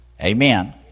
amen